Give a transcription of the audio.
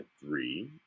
Three